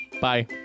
Bye